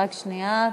בבקשה.